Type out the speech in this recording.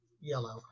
yellow